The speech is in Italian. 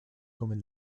come